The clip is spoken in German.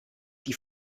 die